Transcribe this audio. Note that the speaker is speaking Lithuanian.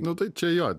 nu tai čia jo